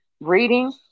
Reading